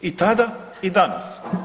I tada i danas.